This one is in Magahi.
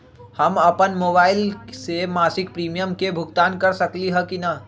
हम अपन मोबाइल से मासिक प्रीमियम के भुगतान कर सकली ह की न?